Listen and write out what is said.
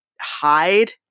hide